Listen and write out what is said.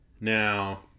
Now